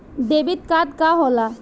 Debit card का होला?